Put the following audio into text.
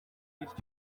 bityo